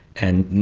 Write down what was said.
and